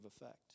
effect